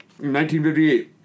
1958